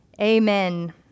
Amen